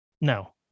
No